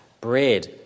Bread